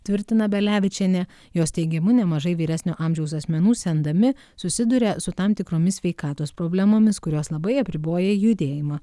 tvirtina belevičienė jos teigimu nemažai vyresnio amžiaus asmenų sendami susiduria su tam tikromis sveikatos problemomis kurios labai apriboja judėjimą